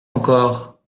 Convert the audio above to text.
encore